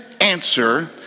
answer